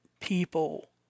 people